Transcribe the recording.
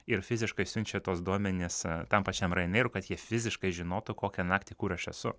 ir fiziškai siunčia tuos duomenis tam pačiam rajone ir kad jie fiziškai žinotų kokią naktį kur aš esu